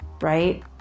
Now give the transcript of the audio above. right